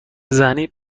زنی